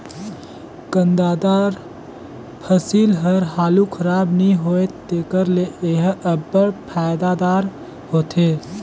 कांदादार फसिल हर हालु खराब नी होए तेकर ले एहर अब्बड़ फएदादार होथे